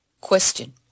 Question